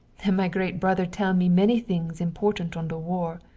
and my great brother tell me many things important on the war.